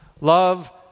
Love